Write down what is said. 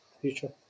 future